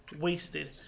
wasted